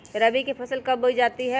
रबी की फसल कब बोई जाती है?